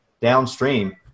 downstream